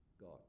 God